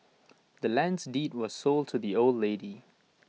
the land's deed was sold to the old lady